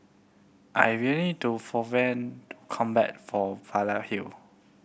I am waiting for come back from Leyden Hill